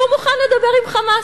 שהוא מוכן לדבר עם "חמאס".